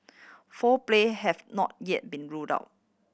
foul play have not yet been ruled out